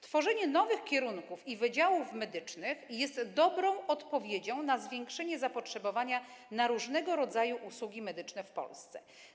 Tworzenie nowych kierunków i wydziałów medycznych jest dobrą odpowiedzią na zwiększone zapotrzebowanie na różnego rodzaju usługi medyczne w Polsce.